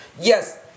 Yes